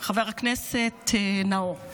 אדוני חבר הכנסת נאור,